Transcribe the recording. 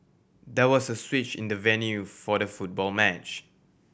there was a switch in the venue for the football match